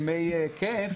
ימי כיף,